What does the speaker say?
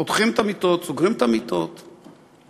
פותחים את המיטות, סוגרים את המיטות בבוקר.